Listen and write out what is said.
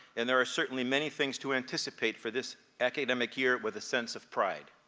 and there are certainly many things to anticipate for this academic year with a sense of pride.